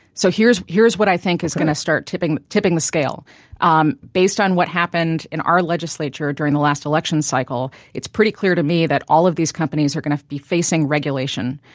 so here's here's what i think is going to start tipping tipping the scale based on what happened in our legislature during the last election cycle, it's pretty clear to me that all of these companies are going to be facing regulation.